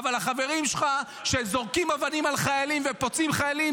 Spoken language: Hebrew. אבל החברים שלך שזורקים אבנים על חיילים ופוצעים חיילים,